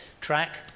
track